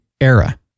era